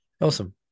Awesome